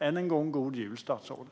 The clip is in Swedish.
Än en gång: God jul, statsrådet!